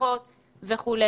הבריכות וכולי.